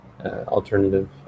alternative